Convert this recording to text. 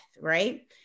right